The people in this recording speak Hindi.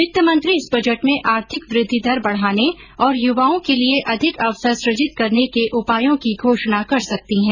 वित्त मंत्री इस बजट में आर्थिक वृद्वि दर बढाने और युवाओं के लिए अधिक अवसर सुजित करने के उपायो की घोषणा कर सकती है